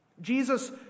Jesus